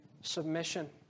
submission